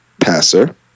passer